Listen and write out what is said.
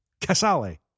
Casale